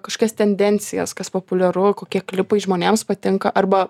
kažkokias tendencijas kas populiaru kokie klipai žmonėms patinka arba